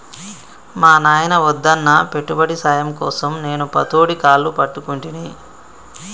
మా నాయిన వద్దన్నా పెట్టుబడి సాయం కోసం నేను పతోడి కాళ్లు పట్టుకుంటిని